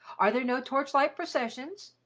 are there no torch-light processions?